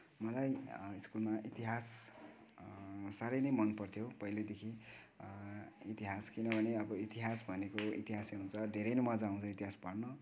मलाई स्कुलमा इतिहास साह्रै नै मन पर्थ्यो पहिल्यैदेखि इतिहास किनभने अब इतिहास भनेको इतिहासै हुन्छ धेरै नै मजा आउँछ इतिहास पढ्न